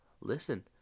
Listen